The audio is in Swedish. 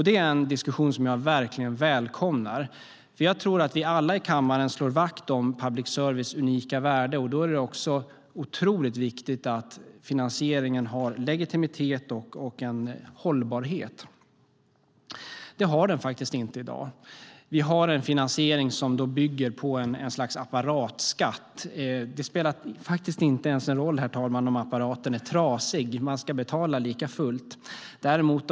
Det är en diskussion som jag verkligen välkomnar, för jag tror att vi alla i kammaren slår vakt om public services unika värde. Då är det också otroligt viktigt att finansieringen har legitimitet och hållbarhet. Det har den inte i dag. Det är en finansiering som bygger på ett slags apparatskatt. Det spelar ingen roll, herr talman, ens om apparaten är trasig. Man ska betala likafullt.